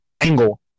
angle